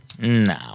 No